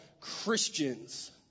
Christians